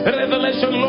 revelation